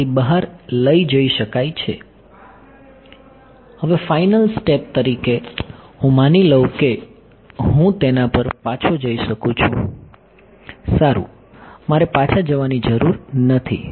હવે final step તરીકે હું માની લઉં કે હું તેના પર પાછો જઈ શકું છું સારું મારે પાછા જવાની જરૂર નથી